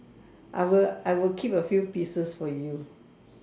I will I will keep a few pieces for you